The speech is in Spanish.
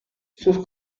sus